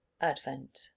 Advent